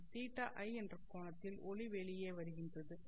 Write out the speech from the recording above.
இது θi என்ற கோணத்தில் ஒளி வெளியே வருகின்றது